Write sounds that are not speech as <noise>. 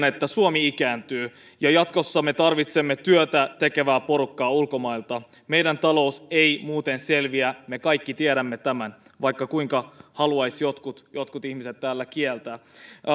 <unintelligible> että suomi ikääntyy ja jatkossa me tarvitsemme työtätekevää porukkaa ulkomailta meidän talous ei muuten selviä me kaikki tiedämme tämän vaikka kuinka haluaisivat jotkut jotkut ihmiset täällä kieltää